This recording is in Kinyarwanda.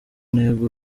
ntego